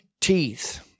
teeth